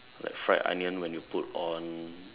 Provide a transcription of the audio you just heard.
like fried onion when you put on